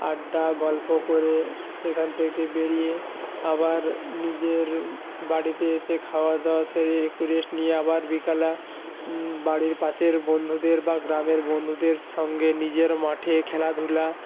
আড্ডা গল্প করে সেখান থেকে বেরিয়ে আবার নিজের বাড়িতে এসে খাওয়াদাওয়া সেরে একটু রেস্ট নিয়ে আবার বিকালে আ বাড়ির পাশের বন্ধুদের বা গ্রামের বন্ধুদের সঙ্গে নিজের মাঠে খেলাধুলা